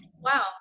Wow